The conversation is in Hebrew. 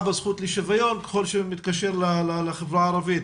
בזכות לשוויון ככל שזה מתקשר לחברה הערבית.